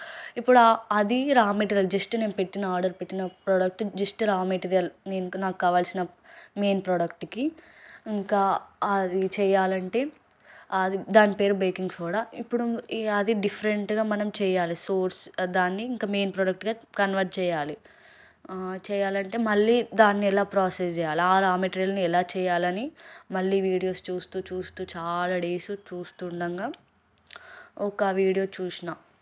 ఇప్పుడు అది raw material just నేనుపెట్టిన ఆర్డర్ పెట్టిన ప్రోడక్ట్ జస్ట్ రా మెటీరీయల్ నేను నాకు కావాల్సిన మెయిన్ ప్రోడక్ట్కి ఇంకా అది చేయాలంటే అది దాని పేరు బేకింగ్ సోడా ఇప్పుడు అది డిఫరెంట్గా మనం చేయాలి సోర్స్ దాన్ని ఇంకా మెయిన్ ప్రోడక్ట్గా కన్వర్ట్ చేయాలి చేయాలంటే మళ్ళీ దాన్ని ఎలా ప్రాసెస్ చేయాలి ఆ రా మెటీరియల్ని ఎలా చేయాలని మళ్ళీ వీడియోస్ చూస్తు చూస్తు చూస్తు చాలా డేస్ చూస్తుండగా ఒక వీడియో చూసినా